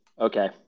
Okay